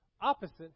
opposite